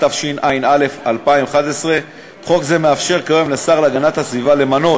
התשע"א 2011. חוק זה מאפשר כיום לשר להגנת הסביבה למנות